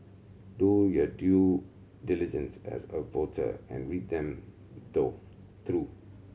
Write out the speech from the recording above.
do your due diligence as a voter and read them though through